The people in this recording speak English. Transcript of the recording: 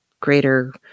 greater